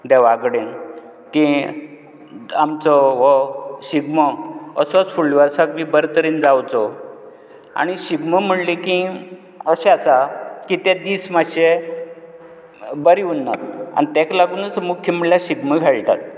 देवा कडेन की आमचो वो शिगमो अशेच फुडले वर्साक बी बरे तरेन जावचो आणी शिगमो म्हणले कीं अशें आसा की तें दीस मातशे बरें उरनात आनी तेका लागुनूक मुख्य म्हणळ्यार शिगमो खेळटात